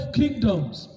kingdoms